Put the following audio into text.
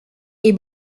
est